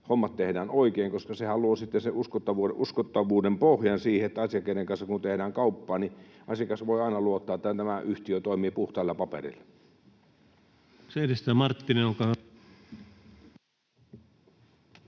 hommat tehdään oikein, koska sehän luo sitten sen uskottavuuden pohjan siihen, että riippumatta siitä, kenen kanssa tehdään kauppaa, asiakas voi aina luottaa, että tämä yhtiö toimii puhtailla papereilla. [Speech 147] Speaker: